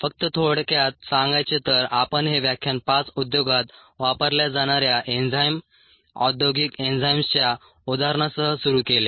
फक्त थोडक्यात सांगायचे तर आपण हे व्याख्यान 5 उद्योगात वापरल्या जाणाऱ्या एन्झाईम औद्योगिक एन्झाईम्सच्या उदाहरणांसह सुरू केले